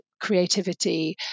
creativity